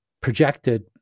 projected